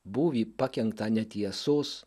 būvį pakenktą netiesos